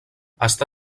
està